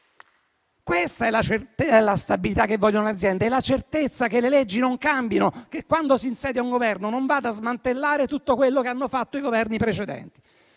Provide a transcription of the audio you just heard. La stabilità che vogliono le aziende è la certezza che le leggi non cambino e che, quando si insedia un Governo, non vada a smantellare tutto quello che hanno fatto i Governi precedenti.